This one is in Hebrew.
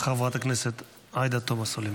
חברת הכנסת עאידה תומא סלימאן,